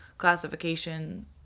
classification